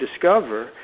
discover